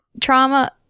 Trauma